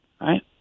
right